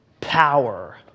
power